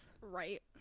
Right